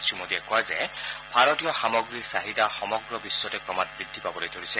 শ্ৰীমোদীয়ে কয় যে ভাৰতীয় সামগ্ৰীৰ চাহিদা সমগ্ৰ বিখ্বতে ক্ৰমাৎ বৃদ্ধি পাবলৈ ধৰিছে